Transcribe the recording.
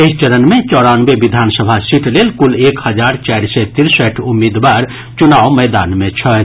एहि चरण मे चौरानवे विधानसभा सीट लेल कुल एक हजार चारि सय तिरसठि उम्मीदवार चुनाव मैदान मे छथि